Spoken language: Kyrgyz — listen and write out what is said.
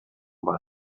бар